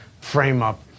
frame-up